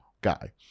guy